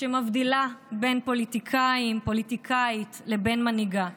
שמבדילה בין פוליטיקאית לבין מנהיגה,